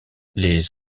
les